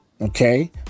Okay